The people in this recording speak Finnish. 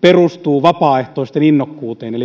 perustuu vapaaehtoisten innokkuuteen eli